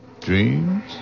dreams